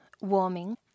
warming